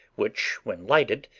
which, when lighted,